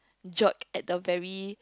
jerk at the very